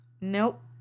Nope